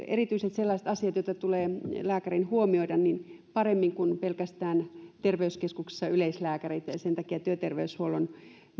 erityiset asiat joita tulee lääkärin huomioida paremmin kuin pelkästään terveyskeskuksessa yleislääkäreitten sen takia työterveyshuollon